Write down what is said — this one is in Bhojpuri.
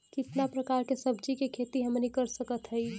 कितना प्रकार के सब्जी के खेती हमनी कर सकत हई?